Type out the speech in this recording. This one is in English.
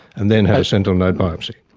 and then had a sentinel node biopsy.